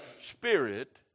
Spirit